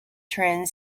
trend